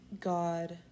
God